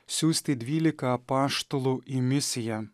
siųsti dvylika apaštalų į misiją